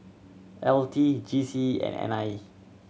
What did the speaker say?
L T G C E and N I E